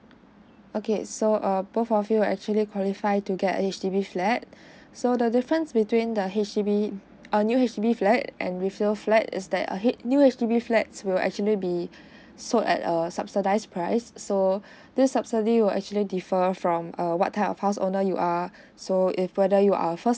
okay so err both of you actually qualify to get H_D_B flat so the difference between the H_D_B err new H_D_B flat and usual flat is that err H new H_D_B flat will actually be sold at a subsidize price so this subsidy will actually differ from err what type of house owner you are so if whether you our first